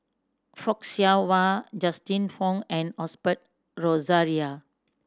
Fock Siew Wah Justin Zhuang and Osbert Rozario